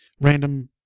random